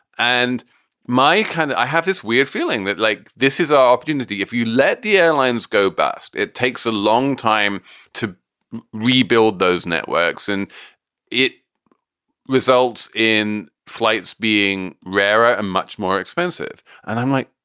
and my kind of i have this weird feeling that like this is our opportunity. if you let the airlines go bust, it takes a long time to rebuild those networks and it results in flights being rarer and much more expensive and i'm like,